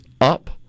up